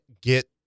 get